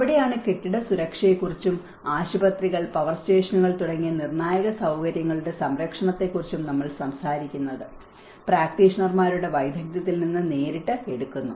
അവിടെയാണ് കെട്ടിട സുരക്ഷയെക്കുറിച്ചും ആശുപത്രികൾ പവർ സ്റ്റേഷനുകൾ തുടങ്ങിയ നിർണായക സൌകര്യങ്ങളുടെ സംരക്ഷണത്തെക്കുറിച്ചും നമ്മൾ സംസാരിക്കുന്നത് പ്രാക്ടീഷണർമാരുടെ വൈദഗ്ധ്യത്തിൽ നിന്ന് നേരിട്ട് എടുക്കുന്നു